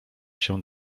się